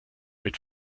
mit